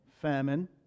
famine